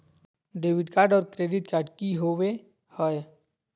Debit card और credit card की होवे हय?